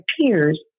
peers